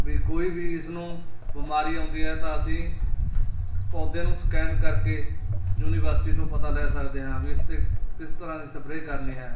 ਵੀ ਕੋਈ ਵੀ ਇਸ ਨੂੰ ਬਿਮਾਰੀ ਆਉਂਦੀ ਹੈ ਤਾਂ ਅਸੀਂ ਪੌਦੇ ਨੂੰ ਸਕੈਨ ਕਰਕੇ ਯੂਨੀਵਰਸਿਟੀ ਤੋਂ ਪਤਾ ਲੈ ਸਕਦੇ ਹਾਂ ਵੀ ਇਸ 'ਤੇ ਕਿਸ ਤਰ੍ਹਾਂ ਦੀ ਸਪਰੇ ਕਰਨੀ ਹੈ